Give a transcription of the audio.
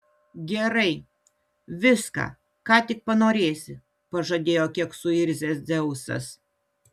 gerai viską ką tik panorėsi pažadėjo kiek suirzęs dzeusas